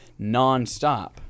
nonstop